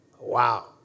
Wow